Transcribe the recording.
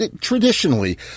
Traditionally